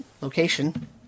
location